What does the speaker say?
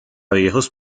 viejos